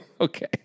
Okay